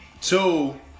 two